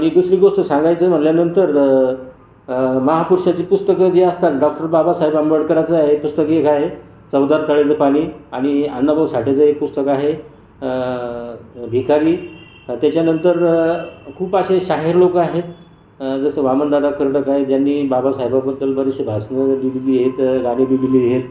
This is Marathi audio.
एक दुसरी गोष्ट सांगायचं म्हणल्यानंतर महापुरुषाची पुस्तकं जी असतात ना डॉक्टर बाबासाहेब आंबेडकराचं आहे एक पुस्तक एक आहे चवदार तळ्याचे पाणी आणि अण्णभाऊ साठेचं एक पुस्तक आहे भिकाजी त्याच्यानंतर तर खूप असे शाहीर लोक आहेत जसं वामनदादा खर्डक आहे ज्यांनी बाबासाहेबांबद्दल बरीचशी भाषणं लिहिलेली आहेत गाणीबी लिहिलेली आहेत